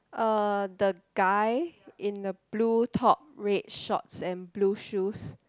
uh the guy in the blue top red short and blue shoes